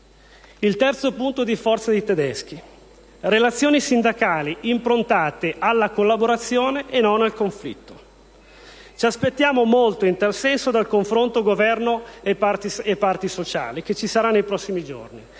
Il terzo punto di forza dei tedeschi: relazioni sindacali improntate alla collaborazione e non al conflitto. Ci aspettiamo molto in tal senso dal confronto Governo e parti sociali che ci sarà nei prossimi giorni